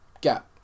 gap